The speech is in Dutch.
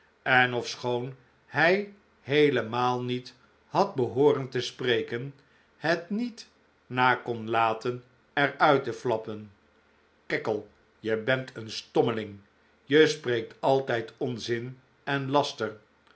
en ofschoon hij heelemaal niet had behooren te spreken het niet na kon laten er uit te flappen cackle je bent een stommeling je spreekt altijd onzin en laster